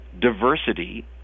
diversity